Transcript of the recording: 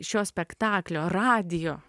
šio spektaklio radijo